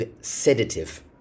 sedative